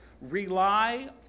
Rely